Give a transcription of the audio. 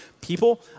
people